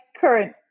current